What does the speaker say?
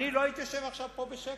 אני לא הייתי יושב עכשיו פה בשקט.